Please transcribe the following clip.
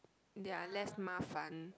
they are less 麻烦